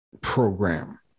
program